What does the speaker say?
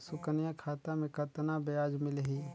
सुकन्या खाता मे कतना ब्याज मिलही?